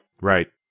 Right